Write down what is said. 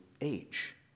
age